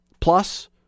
Plus